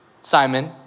Simon